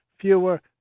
fewer